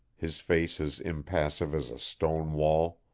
his face as impassive as a stone wall.